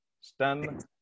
Stand